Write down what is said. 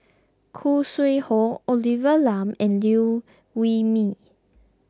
Khoo Sui Hoe Olivia Lum and Liew Wee Mee